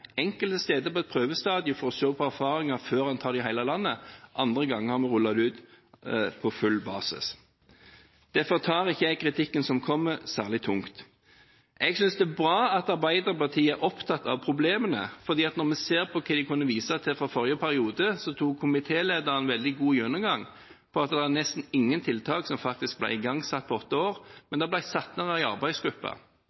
enkelte steder er på prøvestadiet for å se på erfaringer før en tar det i hele landet, andre steder ruller vi det ut på full basis. Derfor tar ikke jeg kritikken som kommer særlig tungt. Jeg synes det er bra at Arbeiderpartiet er opptatt av problemene. Hvis vi ser på det de kunne vise til fra forrige periode, tok komitélederen en veldig god gjennomgang: Det var nesten ingen tiltak som faktisk ble igangsatt i løpet åtte år,